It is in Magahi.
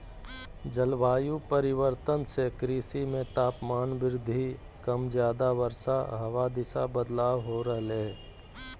जलवायु परिवर्तन से कृषि मे तापमान वृद्धि कम ज्यादा वर्षा हवा दिशा बदलाव हो रहले